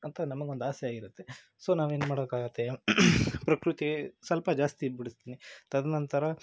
ಅಂತ ನಮಗೊಂದು ಆಸೆ ಆಗಿರುತ್ತೆ ಸೊ ನಾವು ಏನು ಮಾಡ್ಬೇಕಾಗುತ್ತೆ ಪ್ರಕೃತಿ ಸ್ವಲ್ಪ ಜಾಸ್ತಿ ಇದು ಬಿಡಿಸ್ತೀನಿ ತದನಂತರ